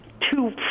two